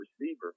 receiver